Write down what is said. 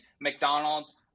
mcdonald's